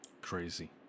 Crazy